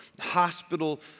hospital